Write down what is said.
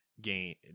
Gain